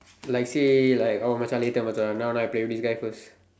like say like oh Macha later Macha now now I play with this guy first